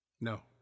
No